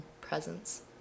presence